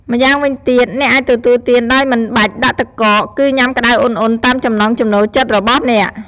ម្យ៉ាងវិញទៀត អ្នកអាចទទួលទានដោយមិនបាច់ដាក់ទឹកកក គឺញ៉ាំក្តៅឧណ្ហៗតាមចំណង់ចំណូលចិត្តរបស់អ្នក។